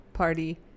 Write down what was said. Party